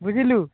ବୁଝିଲୁ